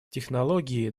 технологии